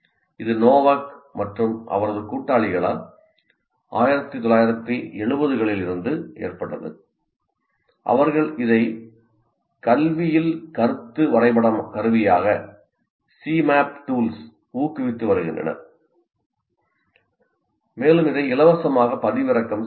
இது நோவக் மற்றும் அவரது கூட்டாளிகளால் 1970 களில் இருந்து ஏற்பட்டது அவர்கள் இதை கல்வியில் கருத்து வரைபட கருவிகளாக ஊக்குவித்து வருகின்றனர் மேலும் இதை இலவசமாக பதிவிறக்கம் செய்யலாம்